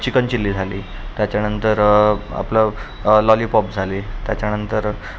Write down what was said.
chicken chilli झाली त्याच्यानंतर आपलं लॉलीपॉप झाली त्याच्यानंतर